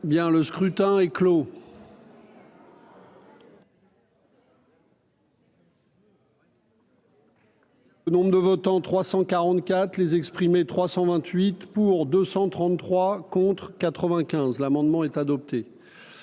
Bien, le scrutin est clos. Nombre de votants 344 les exprimer 328 pour 233 contre 95 l'amendement est adopté